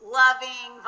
loving